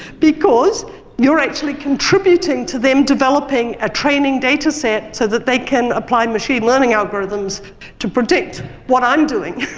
because you're actually contributing to them developing a training data set so that they can apply machine learning algorithms to predict what i'm doing.